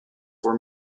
were